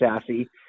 sassy